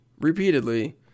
repeatedly